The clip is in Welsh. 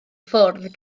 ffwrdd